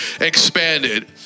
expanded